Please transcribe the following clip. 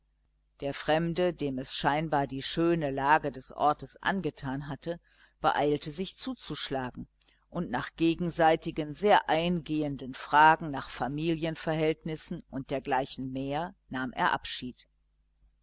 der fremde dem es scheinbar die schöne lage des ortes angetan hatte beeilte sich zuzuschlagen und nach gegenseitigen sehr eingehenden fragen nach familienverhältnissen und dergleichen mehr nahm er abschied